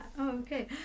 okay